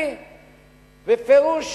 אני בפירוש